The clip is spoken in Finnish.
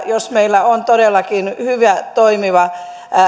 jos meillä on todellakin hyvä toimiva